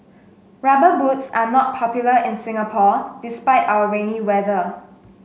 rubber boots are not popular in Singapore despite our rainy weather